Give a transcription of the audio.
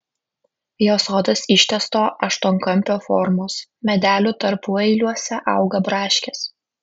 jo sodas ištęsto aštuonkampio formos medelių tarpueiliuose auga braškės